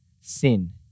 sin